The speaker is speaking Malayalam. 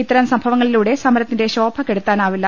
ഇത്തരം സംഭവങ്ങളിലൂടെ സമരത്തിന്റെ ശോഭ കെടുത്താനാവില്ല